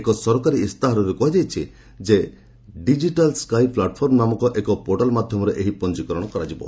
ଏକ ସରକାରୀ ଇସ୍ତାହାରରେ କୁହାଯାଇଛି ଡିକିଟାଲ୍ ସ୍କାଇ ପ୍ଲାଟ୍ଫର୍ମ ନାମକ ଏକ ପୋର୍ଟାଲ୍ ମାଧ୍ୟମରେ ଏହି ପଞ୍ଜିକରଣ କରାଯିବ